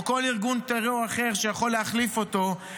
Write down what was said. או כל ארגון טרור אחר שיכול להחליף אותו,